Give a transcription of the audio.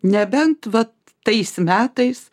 nebent va tais metais